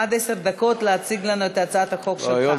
עד עשר דקות להציג לנו את הצעת החוק שלך.